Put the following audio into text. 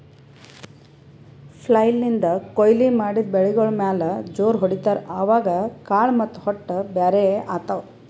flail ನಿಂದ್ ಕೊಯ್ಲಿ ಮಾಡಿದ್ ಬೆಳಿಗೋಳ್ ಮ್ಯಾಲ್ ಜೋರ್ ಹೊಡಿತಾರ್, ಅವಾಗ್ ಕಾಳ್ ಮತ್ತ್ ಹೊಟ್ಟ ಬ್ಯಾರ್ ಆತವ್